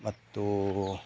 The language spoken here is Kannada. ಮತ್ತು